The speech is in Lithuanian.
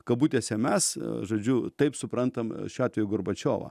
kabutėse mes žodžiu taip suprantam šiuo atveju gorbačiovą